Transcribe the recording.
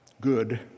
good